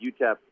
UTEP